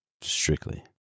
strictly